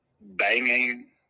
banging